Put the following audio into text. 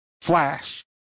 flash